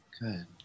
Good